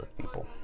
people